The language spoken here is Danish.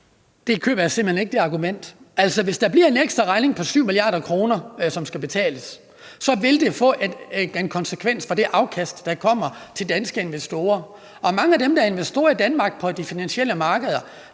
køber jeg simpelt hen ikke. Altså, hvis der bliver en ekstraregning på 7 mia. kr., som skal betales, så vil det få konsekvenser for det afkast, der kommer til danske investorer. Og mange af dem, der er investorer i Danmark på de finansielle markeder,